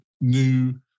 new